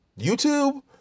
YouTube